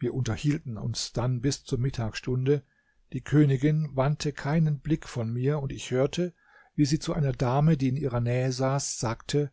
wir unterhielten uns dann bis zur mittagsstunde die königin wandte keinen blick von mir und ich hörte wie sie zu einer dame die in ihrer nähe saß sagte